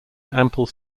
ample